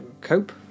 Cope